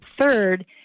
Third